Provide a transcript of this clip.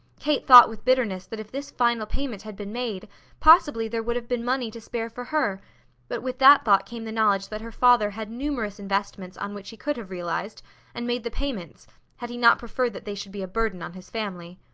kate thought with bitterness that if this final payment had been made possibly there would have been money to spare for her but with that thought came the knowledge that her father had numerous investments on which he could have realized and made the payments had he not preferred that they should be a burden on his family.